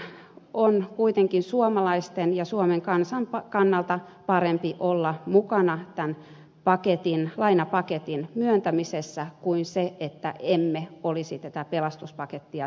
lyhykäisyydessään on kuitenkin suomalaisten ja suomen kansan kannalta parempi että olemme mukana tämän lainapaketin myöntämisessä kuin että emme olisi tätä pelastuspakettia tekemässä